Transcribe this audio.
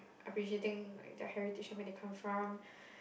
appreciate things like the heritage where they come from